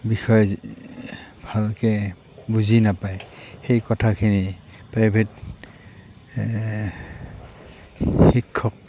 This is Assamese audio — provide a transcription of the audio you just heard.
বিষয় ভালকৈ বুজি নাপায় সেই কথাখিনি প্ৰাইভেট শিক্ষক